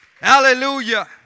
Hallelujah